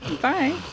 bye